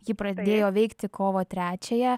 ji pradėjo veikti kovo trečiąją